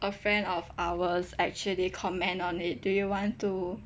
a friend of ours actually comment on it do you want to